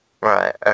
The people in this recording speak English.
Right